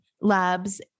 labs